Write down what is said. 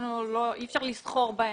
אי אפשר לסחור בהן.